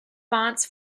fonts